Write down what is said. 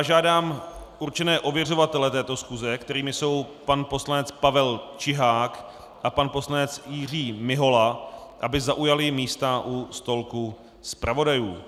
Žádám určené ověřovatele této schůze, kterými jsou pan poslanec Pavel Čihák a pan poslanec Jiří Mihola, aby zaujali místa u stolku zpravodajů.